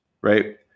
right